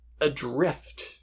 adrift